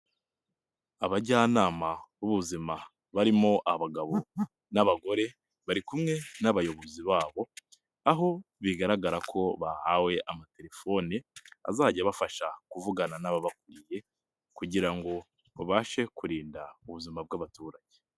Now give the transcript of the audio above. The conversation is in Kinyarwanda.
Abajyanama b'ubuzima, barimo abagabo n'abagore, bari kumwe n'abayobozi babo, aho bigaragara ko bahawe amatelefoni, azajya abafasha kuvugana n'ababakuriye kugira ngo babashe kurinda, ubuzima bw'abaturage.